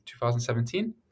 2017